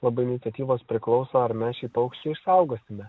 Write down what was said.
labai iniciatyvos priklauso ar mes šį paukštį išsaugosime